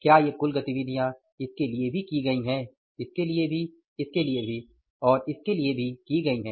क्या ये कुल गतिविधियां इसके लिए भी की गयीं हैं इसके लिए भी इसके लिए भी और इसके लिए भी की गई हैं